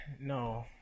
No